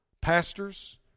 pastors